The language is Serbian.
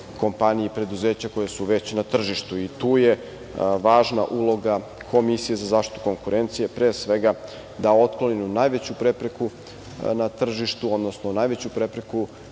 kompanije i preduzeća koje su već na tržištu. Tu je važna uloga Komisije za zaštitu konkurencije, pre svega da otkloni najveću prepreku na tržištu, odnosno najveću prepreku